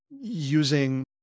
using